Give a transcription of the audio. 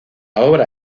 obra